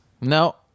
No